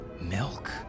milk